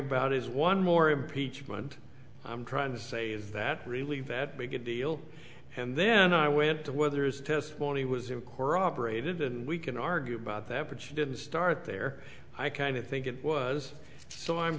about is one more impeachment i'm trying to say is that really that big a deal and then i went to whether his testimony was in core operated and we can argue about that but you didn't start there i kind of think it was so i'm